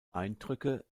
eindrücke